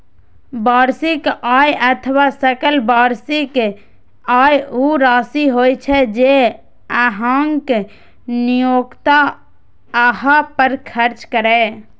वार्षिक आय अथवा सकल वार्षिक आय ऊ राशि होइ छै, जे अहांक नियोक्ता अहां पर खर्च करैए